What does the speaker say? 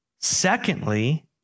Secondly